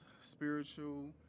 spiritual